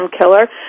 killer